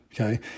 Okay